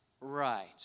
right